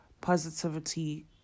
positivity